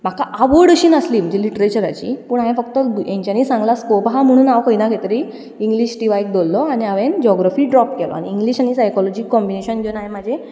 म्हाका आवड अशी नासली म्हणजे लिट्रेचराची पूण हांवें फक्त हेंच्यांनी सांगलां स्कॉप आहा म्हणून हांव खंय ना खंय तरी इंग्लीश टी वायक धरलो आनी हांवें जॉग्रफी ड्रॉप केलो आनी इंग्लीश आनी सायक्लोजी कॉम्बीनेशन घेवन हांवें म्हाजी